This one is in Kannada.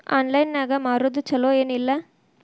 ಆನ್ಲೈನ್ ನಾಗ್ ಮಾರೋದು ಛಲೋ ಏನ್ ಇಲ್ಲ?